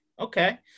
Okay